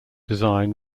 design